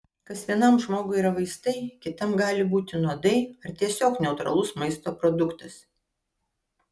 kas vienam žmogui yra vaistai kitam gali būti nuodai ar tiesiog neutralus maisto produktas